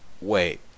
Wait